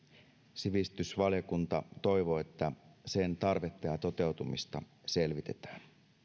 sivistysvaliokunta toivoo että sen tarvetta ja toteutumista selvitetään